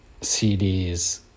cds